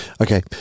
Okay